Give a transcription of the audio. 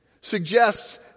suggests